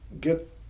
get